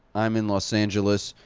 i'm in los angeles.